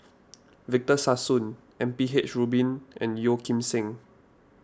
Victor Sassoon M P H Rubin and Yeo Kim Seng